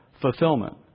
fulfillment